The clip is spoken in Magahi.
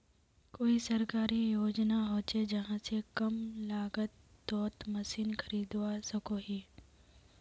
कोई सरकारी योजना होचे जहा से कम लागत तोत मशीन खरीदवार सकोहो ही?